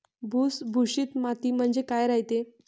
भुसभुशीत माती म्हणजे काय रायते?